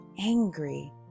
angry